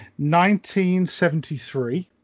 1973